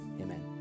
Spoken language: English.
Amen